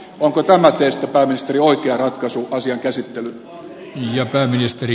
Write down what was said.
onko tämä teistä pääministeri oikea ratkaisu asian käsittelyyn